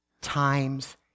times